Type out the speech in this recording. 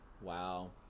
Wow